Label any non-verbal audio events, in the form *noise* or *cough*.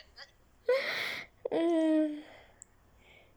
*noise*